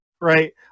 right